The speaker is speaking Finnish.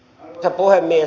arvoisa puhemies